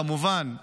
כמובן,